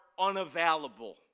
unavailable